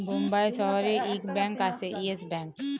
বোম্বাই শহরে ইক ব্যাঙ্ক আসে ইয়েস ব্যাঙ্ক